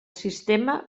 sistema